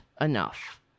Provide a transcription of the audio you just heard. enough